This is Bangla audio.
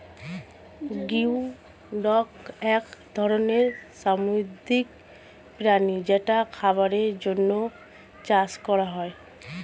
গিওডক এক ধরনের সামুদ্রিক প্রাণী যেটা খাবারের জন্যে চাষ করা হয়